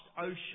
ocean